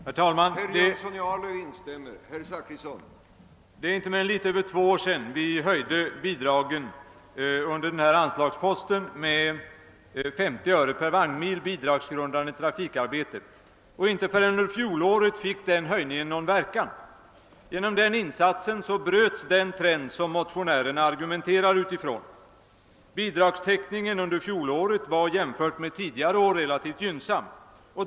Herr talman! Det är inte mer än något över två år sedan vi höjde bidragen under förevarande anslagspost med 50 öre per vagnmil bidragsgrundande trafikarbete. Inte förrän under fjolåret fick denna höjning någon verkan. Genom denna insats bröts den trend som bildar utgångspunkt för motionärernas argumentering. Bidragstäckningen under fjolåret var jämfört med tidigare år relativt gynnsam.